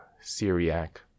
Syriac